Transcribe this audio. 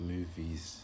Movies